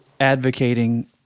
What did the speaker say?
advocating